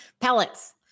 Pellets